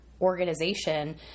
organization